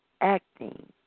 acting